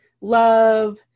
love